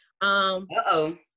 Uh-oh